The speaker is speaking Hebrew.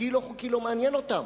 חוקי או לא-חוקי לא מעניין אותם.